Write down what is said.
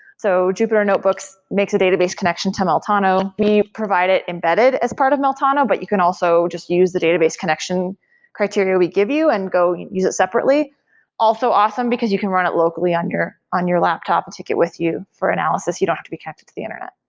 so jupyter notebooks makes a database connection to meltano. we provide it embedded as part of meltano, but you can also just use the database connection criteria we give you and go use it separately also awesome, because you can run it locally under on your laptop and take it with you for analysis. you don't have to be connected to the internet.